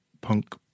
punk